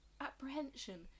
apprehension